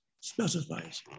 specifies